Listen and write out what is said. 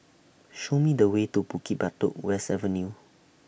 Show Me The Way to Bukit Batok West Avenue